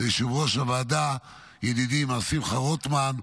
ליושב-ראש הוועדה ידידי מר שמחה רוטמן,